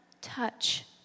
touch